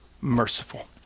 merciful